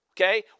Okay